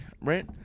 right